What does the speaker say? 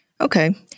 Okay